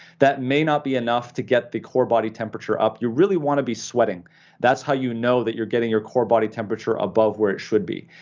that may not be enough to get the core body temperature up. you really want to be sweating that's how you know that you're getting your core body temperature above where it should be,